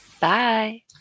Bye